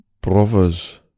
brother's